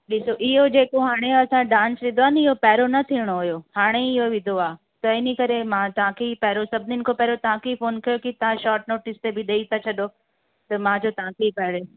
ॾिसो इहो जेको हाणे असां डांस विधो आहे नी इहो पहिरियों न थियणो हुओ हाणे ई इहो विधो आहे त इनकरे मां तव्हांखे ई पहिरों सभिनिनि खे पहिरों तहांखे ई फ़ोन कयो की तव्हां शोट नोटिस ते बि ॾेई था छॾो त मां चयो तव्हांखे ई पहिरों